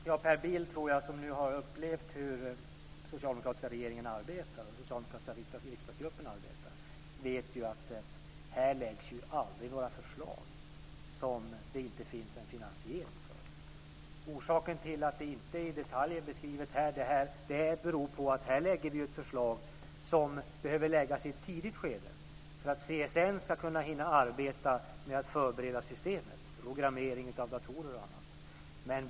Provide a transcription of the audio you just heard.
Fru talman! Per Bill, som har upplevt hur den socialdemokratiska regeringen och riksdagsgruppen arbetar, vet ju att här läggs det aldrig fram några förslag som det inte finns finansiering för. Att detta inte är beskrivet i detalj här beror på att vi här kommer med ett förslag som behöver läggas fram i ett tidigt skede för att CSN ska hinna arbeta med att förbereda systemet, programmering av datorer och annat.